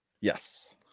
yes